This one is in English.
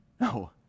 No